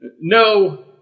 no